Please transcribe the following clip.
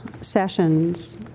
sessions